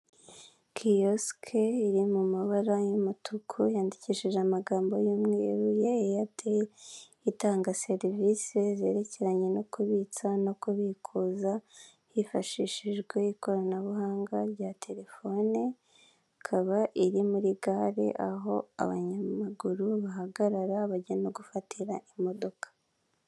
Kiyosike iri mu mabara y'umutuku yandikishije amagambo y'umweru ya eyateli itanga serivisi zerekeranye no kubitsa no kubikuza hifashishijwe ikoranabuhanga rya telefone, ikaba iri muri gare aho abanyamaguru bahagarara bajya no gufatira imodoka.